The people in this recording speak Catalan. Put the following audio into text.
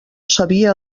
sabia